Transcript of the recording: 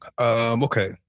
okay